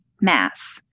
mass